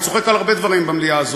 אני צוחק על הרבה דברים במליאה הזאת,